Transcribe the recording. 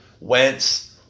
Wentz